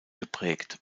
geprägt